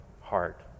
heart